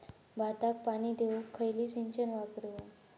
भाताक पाणी देऊक खयली सिंचन वापरू?